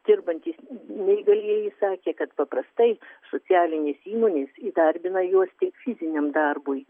dirbantys neįgalieji sakė kad paprastai socialinės įmonės įdarbina juos tik fiziniam darbui